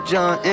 John